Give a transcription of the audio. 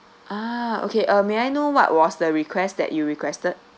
uh okay uh may I know what was the request that you requested